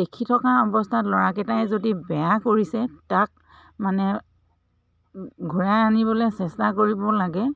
দেখি থকা অৱস্থাত ল'ৰাকেইটাই যদি বেয়া কৰিছে তাক মানে ঘূৰাই আনিবলৈ চেষ্টা কৰিব লাগে